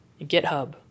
GitHub